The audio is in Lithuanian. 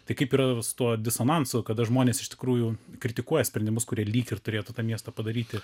tai kaip yra su tuo disonansu kada žmonės iš tikrųjų kritikuoja sprendimus kurie lyg ir turėtų tą miestą padaryti